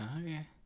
Okay